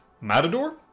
Matador